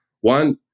one